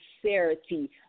sincerity